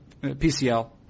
PCL